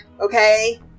okay